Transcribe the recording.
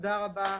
תודה רבה לכולם.